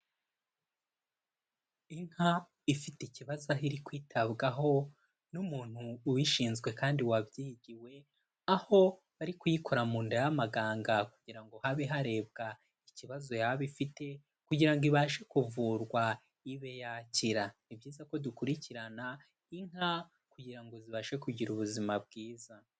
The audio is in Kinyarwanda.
Inka ifite ikibazo aho iri kwitabwaho n'umuntu ubishinzwe kandi wabyigiwe, aho ari kuyikora mu nda y'amaganga kugira ngo habe harebwa ikibazo yaba ifite, kugira ngo ibashe kuvurwa ibe yakira, ni ibyiza ko dukurikirana inka kugira ngo zibashe kugira ubuzima bwiza.